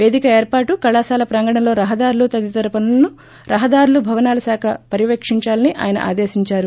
పేదిక ఏర్పాటు కళాశాల ప్రాంగణంలో రహదారులు తదితర పనులను రహదారులు భవనాల శాఖ పర్యవేక్షించాలని ఆయన ఆదేశించారు